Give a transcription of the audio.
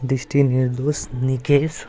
दृष्टि निर्दोष निकेश